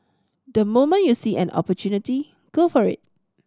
the moment you see an opportunity go for it